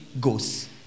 goes